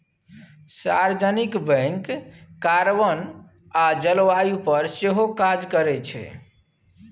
सार्वजनिक bank carbon आ जलबायु पर सेहो काज करै छै